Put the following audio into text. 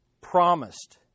promised